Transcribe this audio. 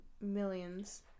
millions